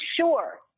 sure